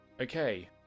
Okay